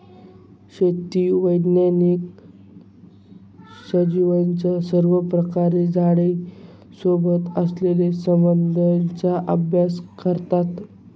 शेती वैज्ञानिक सजीवांचा सर्वप्रकारे झाडे सोबत असलेल्या संबंधाचा अभ्यास करतात